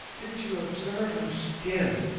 did you observe her skin?